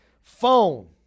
Phone